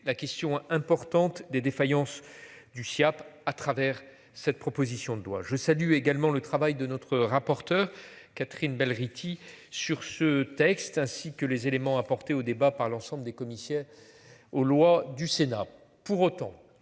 la question importante des défaillances du Siaap à travers cette proposition de loi. Je salue également le travail de notre rapporteure Catherine Belghiti sur ce texte, ainsi que les éléments apportés au débat, par l'ensemble des commissaires. Aux lois du Sénat